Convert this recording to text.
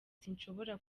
sinshobora